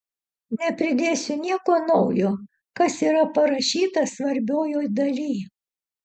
nepridėsiu nieko naujo kas yra parašyta svarbiojoj daly